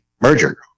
merger